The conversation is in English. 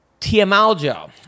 Tiamaljo